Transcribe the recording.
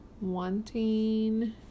Wanting